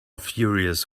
furious